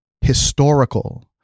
historical